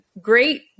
great